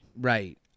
Right